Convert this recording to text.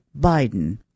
Biden